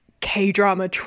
K-drama